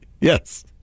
Yes